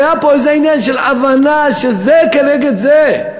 היה פה איזה עניין של הבנה שזה כנגד זה.